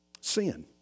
sin